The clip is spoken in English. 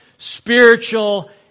Spiritual